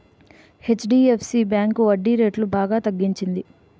HDFC bank వడ్డీరేట్లు బాగా తగ్గించింది